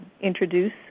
introduce